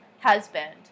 husband